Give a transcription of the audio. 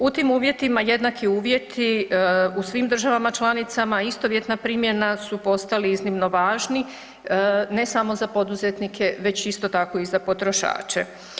U tim uvjetima, jednaki uvjeti u svim državama članicama i istovjetna primjena su postali iznimno važni ne samo za poduzetnike već isto tako i za potrošače.